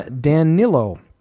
Danilo